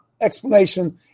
explanation